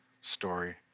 story